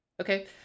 okay